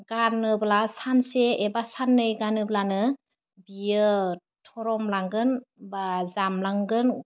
गानोब्ला सानसे एबा सान्नै गानोब्लानो बियो थरम लांगोन बा जामलांगोन